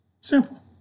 Simple